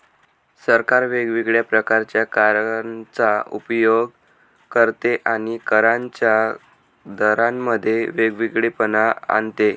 सरकार वेगवेगळ्या प्रकारच्या करांचा उपयोग करते आणि करांच्या दरांमध्ये वेगळेपणा आणते